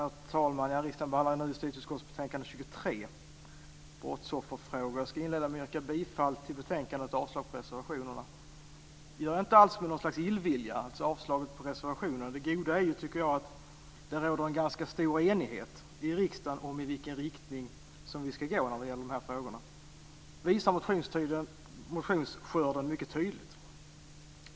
Herr talman! Riksdagen behandlar nu justitieutskottets betänkande 23 om brottsofferfrågor. Jag ska inleda med att yrka bifall till hemställan i betänkandet och avslag på reservationerna. Det gör jag inte alls av någon illvilja. Det goda är ju, tycker jag, att det råder en ganska stor enighet i riksdagen om i vilken riktning vi ska gå när det gäller de här frågorna. Det visar motionsskörden mycket tydligt.